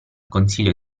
consiglio